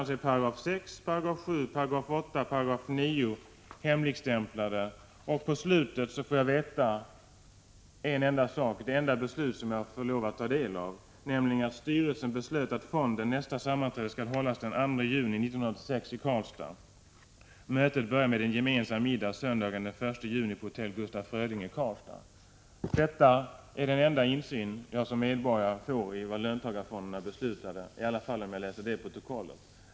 Sedan är 6, 7, 8 och 9 §§ hemligstämplade. På slutet får man veta en enda sak — det enda beslut jag får ta del av — nämligen att styrelsen beslutat att fondens nästa sammanträde skall hållas den 2 juni 1986 i Karlstad. Mötet skall börja med en gemensam middag söndagen den 1 juni på Hotell Gustaf Fröding i Karlstad. Detta är den enda insyn som jag som medborgare får i vad löntagarfonderna beslutade, åtminstone om jag läser detta protokoll.